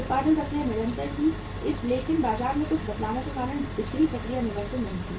उत्पादन प्रक्रिया निरंतर थी लेकिन बाजार में कुछ बदलावों के कारण बिक्री प्रक्रिया निरंतर नहीं थी